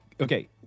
Okay